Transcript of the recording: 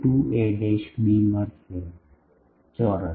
2 ab મળશે ચોરસ